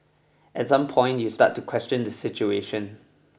at some point you start to question the situation